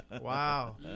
wow